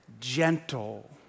Gentle